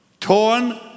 Torn